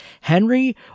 Henry